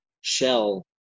shell